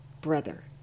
Brother